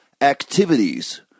Activities